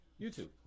YouTube